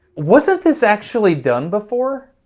wasn't this actually done before?